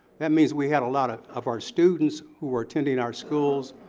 that means we had a lot of of our students who were attending our schools,